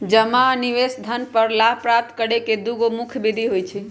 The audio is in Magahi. जमा आ निवेश धन पर लाभ प्राप्त करे के दु मुख्य विधि हइ